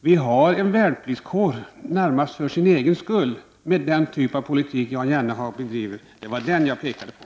Vi får en värnpliktskår närmast för sin egen skull med den typ av politik som Jan Jennehag bedriver. Det var den jag pekade på.